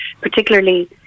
particularly